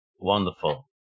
Wonderful